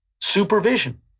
supervision